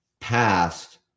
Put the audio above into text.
Past